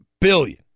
billion